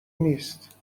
نیست